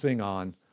on